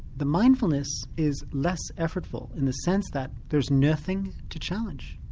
the mindfulness is less effortful, in the sense that there's nothing to challenge,